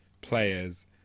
players